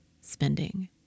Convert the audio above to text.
spending